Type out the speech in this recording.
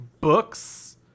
books